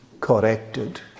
corrected